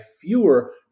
fewer